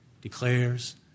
declares